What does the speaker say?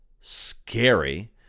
scary